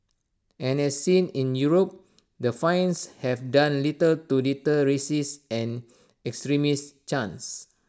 and as seen in Europe the fines have done little to deter racist and extremist chants